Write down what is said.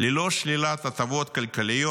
ללא שלילת הטבות כלכליות,